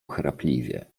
chrapliwie